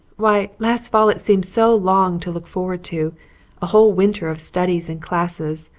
why, last fall it seemed so long to look forward to a whole winter of studies and classes.